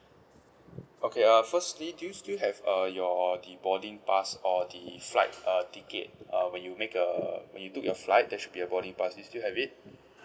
okay uh firstly do you still have uh your the boarding pass or the flight uh ticket uh when you make a when you took your flight there should be a boarding pass do you still have it